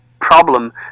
problem